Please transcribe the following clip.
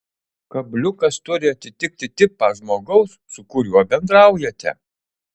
kabliukas turi atitikti tipą žmogaus su kuriuo bendraujate